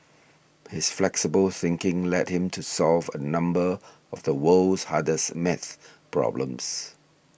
his flexible thinking led him to solve a number of the world's hardest math problems